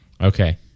Okay